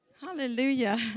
hallelujah